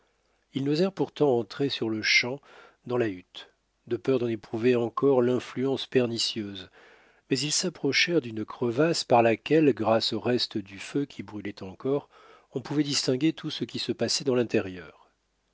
ils n'osèrent pourtant entrer sur-le-champ dans la hutte de peur d'en éprouver encore l'influence pernicieuse mais ils s'approchèrent d'une crevasse par laquelle grâce au reste du feu qui brûlait encore on pouvait distinguer tout ce qui se passait dans l'intérieur